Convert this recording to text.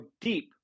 deep